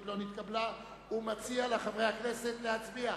הסתייגותה של קבוצת קדימה,